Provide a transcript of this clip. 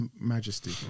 majesty